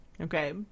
Okay